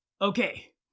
okay